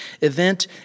event